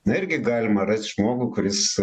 na irgi galima rast žmogų kuris